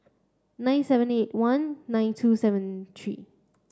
nine seven eight one nine two seven three